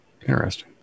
Interesting